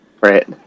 Right